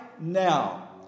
now